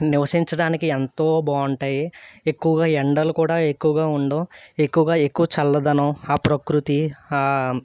నివసించడానికి ఎంతో బాగుంటాయి ఎక్కువగా ఎండలు కూడా ఎక్కువగా ఉండవు ఎక్కువగా ఎక్కువ చల్లదనం ఆ ప్రకృతి